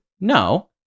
No